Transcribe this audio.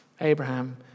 Abraham